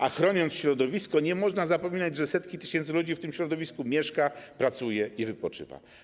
A chroniąc środowisko, nie można zapominać, że setki tysięcy ludzi w tym środowisku mieszka, pracuje i wypoczywa.